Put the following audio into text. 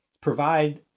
provide